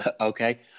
okay